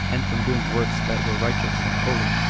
and from doing works that were righteous and holy,